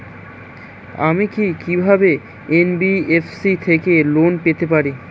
আমি কি কিভাবে এন.বি.এফ.সি থেকে লোন পেতে পারি?